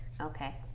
Okay